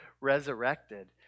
resurrected